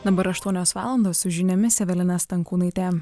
dabar aštuonios valandos su žiniomis evelina stankūnaitė